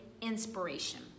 inspiration